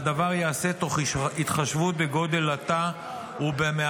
והדבר ייעשה תוך התחשבות בגודל התא ובמאפייניו.